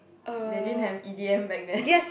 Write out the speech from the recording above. they didn't have e_d_m back then